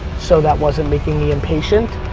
so that wasn't making me impatient.